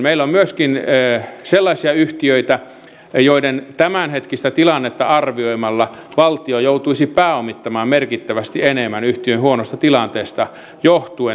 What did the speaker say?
meillä on myöskin sellaisia yhtiöitä joiden tämänhetkistä tilannetta arvioimalla valtio joutuisi pääomittamaan merkittävästi enemmän yhtiön huonosta tilanteesta johtuen